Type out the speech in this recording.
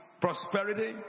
prosperity